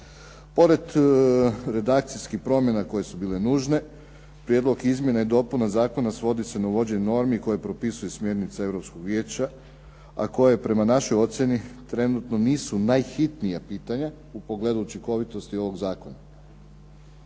Pored redakcijskih promjena koje su bile nužne, Prijedlog izmjena i dopuna zakona svodi se na uvođenje normi koje propisuju smjernice Europskog vijeća, a koje prema našoj ocjeni trenutno nisu najhitnija pitanja u pogledu učinkovitosti ovog zakona.